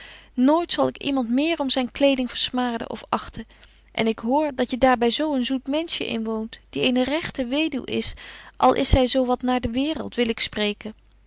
nooit zal ik iemand meer om zyn betje wolff en aagje deken historie van mejuffrouw sara burgerhart kleding versmaden of achten en ik hoor dat je daar by zo een zoet menschje inwoont die eene regte weduw is al is zy zo wat naar de waereld wil ik spreken